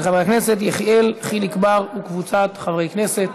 של חבר הכנסת יחיאל חיליק בר וקבוצת חברי הכנסת.